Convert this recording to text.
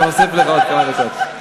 אנחנו נוסיף לך עוד כמה דקות.